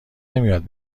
نمیاد